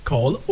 Call